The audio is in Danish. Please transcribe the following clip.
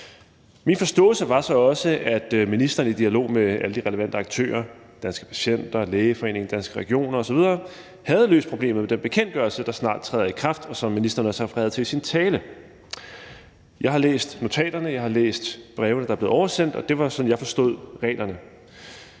Min forståelse var så også, at ministeren i dialog med alle de relevante aktører – Danske Patienter, Lægeforeningen, Danske Regioner osv. – havde løst problemet med den bekendtgørelse, der snart træder i kraft, og som ministeren også refererede til i sin tale. Jeg har læst notaterne, jeg har læst brevene, der er blevet oversendt, og det var sådan, jeg forstod reglerne.